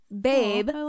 Babe